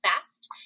fast